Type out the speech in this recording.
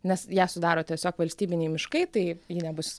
nes ją sudaro tiesiog valstybiniai miškai tai nebus